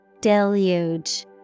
Deluge